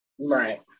Right